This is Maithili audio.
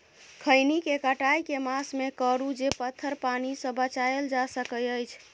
खैनी केँ कटाई केँ मास मे करू जे पथर पानि सँ बचाएल जा सकय अछि?